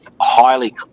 highly